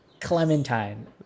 Clementine